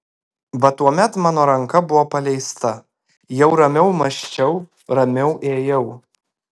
va tuomet mano ranka buvo paleista jau ramiau mąsčiau ramiau ėjau